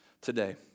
today